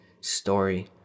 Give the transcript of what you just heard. story